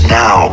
now